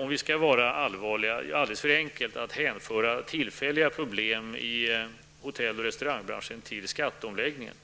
Om vi skall vara allvarliga är det alldeles för enkelt att hänföra tillfälliga problem i hotell och restaurangbranschen till skatteomläggningen.